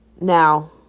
Now